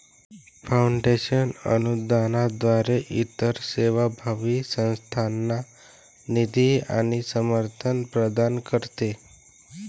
foundation अनुदानाद्वारे इतर सेवाभावी संस्थांना निधी आणि समर्थन प्रदान करते